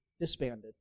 disbanded